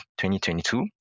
2022